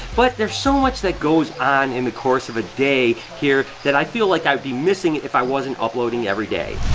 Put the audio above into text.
but there's so much that goes on in the course of a day here that i feel like i would be missing if i wasn't uploading every day.